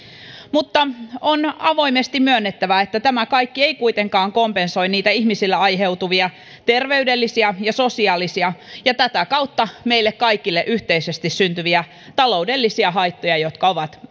mutta on avoimesti myönnettävä että tämä kaikki ei kuitenkaan kompensoi niitä ihmisille aiheutuvia terveydellisiä ja sosiaalisia ja tätä kautta meille kaikille yhteisesti syntyviä taloudellisia haittoja jotka ovat